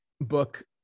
book